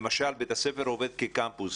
למשל כאשר בית הספר עובד כקמפוס,